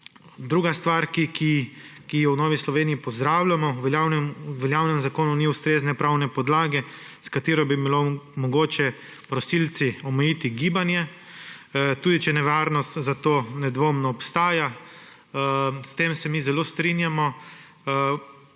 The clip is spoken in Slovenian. Druga stvar, ki jo v Novi Sloveniji pozdravljamo, v veljavnem zakonu ni ustrezne pravne podlage, s katero bi bilo mogoče prosilcem omejiti gibanje, tudi če nevarnost za to nedvomno obstaja. S tem se mi zelo strinjamo.